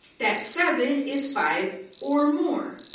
that seven is five or more.